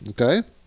okay